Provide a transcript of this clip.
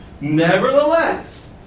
Nevertheless